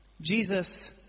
Jesus